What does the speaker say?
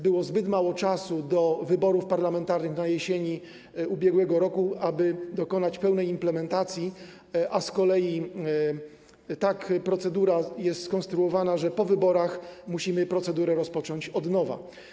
Było zbyt mało czasu do wyborów parlamentarnych na jesieni ub.r., aby dokonać pełnej implementacji, z kolei procedura jest tak skonstruowana, że po wyborach musimy tę procedurę rozpocząć od nowa.